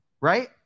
right